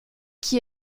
qui